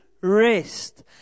rest